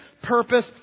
Purpose